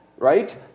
Right